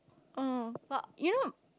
oh but you don't